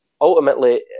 ultimately